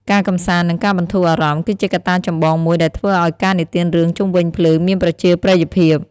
ការកម្សាន្ត និងការបន្ធូរអារម្មណ៍ គឺជាកត្តាចម្បងមួយដែលធ្វើឱ្យការនិទានរឿងជុំវិញភ្លើងមានប្រជាប្រិយភាព។